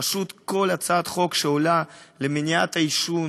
פשוט כל הצעת חוק שעולה למניעת העישון,